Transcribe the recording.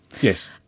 Yes